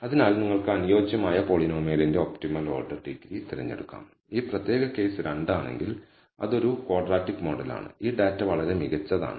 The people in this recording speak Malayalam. അതിനാൽ നിങ്ങൾക്ക് അനുയോജ്യമായ പോളിനോമിയലിന്റെ ഒപ്റ്റിമൽ ഓർഡർ ഡിഗ്രി തിരഞ്ഞെടുക്കാം ഈ പ്രത്യേക കേസ് 2 ആണെങ്കിൽ അത് ഒരു ക്വാഡ്രാറ്റിക് മോഡലാണ് ഈ ഡാറ്റ വളരെ മികച്ചതാണ്